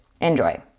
Enjoy